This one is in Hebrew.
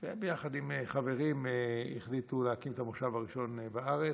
וביחד עם חברים החליטו להקים את המושב הראשון בארץ.